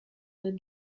that